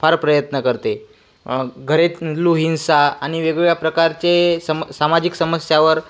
फार प्रयत्न करते घरेलू हिंसा आणि वेगवेगळ्या प्रकारचे सम सामाजिक समस्यावर